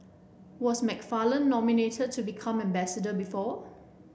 was McFarland nominated to become ambassador before